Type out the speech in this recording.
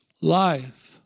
life